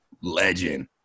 Legend